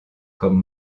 comme